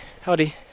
Howdy